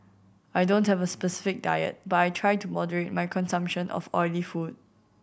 I don't have a specific diet but I try to moderate my consumption of oily food